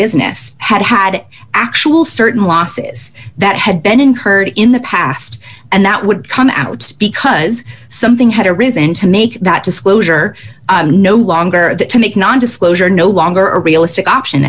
business had had actual certain losses that had been incurred in the past and that would come out because something had arisen to make that disclosure no longer that to make non disclosure no longer a realistic option